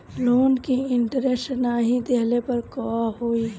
Loan के interest नाही देहले पर का होई?